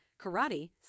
karate